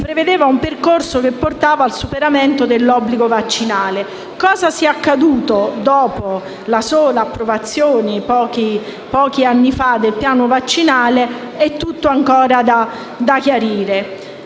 prevedeva un percorso che portava a tale superamento. Che cosa sia accaduto dopo la sola approvazione, pochi anni fa, del piano vaccinale, è tutto ancora da chiarire.